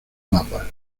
mapas